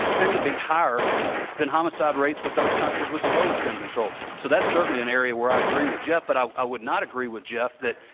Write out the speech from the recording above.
tend to be higher than homicide rates with those countries with the lowest gun control. so that's certainly an area where i agree with jeff but i i would not agree with jeff that,